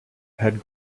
had